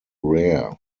rare